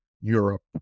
Europe